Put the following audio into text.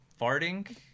farting